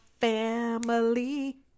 family